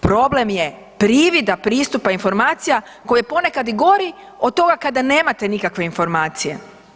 Problem je privida pristupa informacija koji je ponekad i gori od toga kada nemate nikakve informacije.